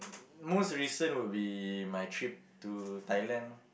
most recent will be my trip to Thailand